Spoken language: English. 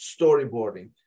storyboarding